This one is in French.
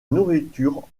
nourriture